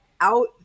out